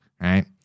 right